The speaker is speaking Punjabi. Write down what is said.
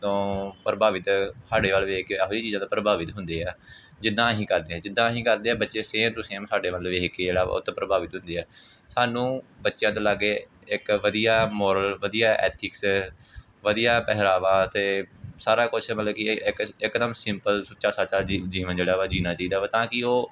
ਤੋਂ ਪ੍ਰਭਾਵਿਤ ਸਾਡੇ ਵੱਲ ਵੇਖ ਕੇ ਓਹੀ ਚੀਜ਼ਾਂ ਤੋਂ ਪ੍ਰਭਾਵਿਤ ਹੁੰਦੇ ਆ ਜਿੱਦਾਂ ਅਸੀਂ ਕਰਦੇ ਹਾਂ ਜਿੱਦਾਂ ਅਸੀਂ ਕਰਦੇ ਹਾਂ ਬੱਚੇ ਸੇਮ ਟੂ ਸੇਮ ਸਾਡੇ ਵੱਲ ਵੇਖ ਕੇ ਜਿਹੜਾ ਬਹੁਤ ਪ੍ਰਭਾਵਿਤ ਹੁੰਦੇ ਆ ਸਾਨੂੰ ਬੱਚਿਆਂ ਦੇ ਲਾਗੇ ਇੱਕ ਵਧੀਆ ਮੋਰਲ ਵਧੀਆ ਐਥਿਕਸ ਵਧੀਆ ਪਹਿਰਾਵਾ ਅਤੇ ਸਾਰਾ ਕੁਛ ਮਤਲਬ ਕਿ ਇੱਕ ਇਕਦਮ ਸਿੰਪਲ ਸੁੱਚਾ ਸਾਚਾ ਜੀਵਨ ਜਿਹੜਾ ਵਾ ਜਿਊਣਾ ਚਾਹੀਦਾ ਵਾ ਤਾਂ ਕਿ ਉਹ